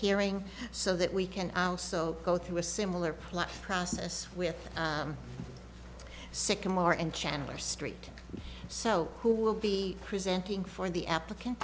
hearing so that we can also go through a similar plot process with sycamore and chandler street so who will be presenting for the applicant